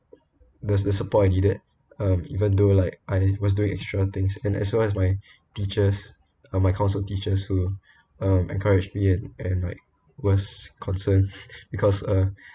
the the support I needed um even though like I was doing extra things and as well as my teachers uh my council teachers who um encouraged me and and like was concerned because uh